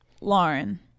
Lauren